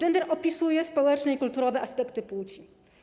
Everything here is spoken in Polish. Gender opisuje społeczne i kulturowe aspekty płci.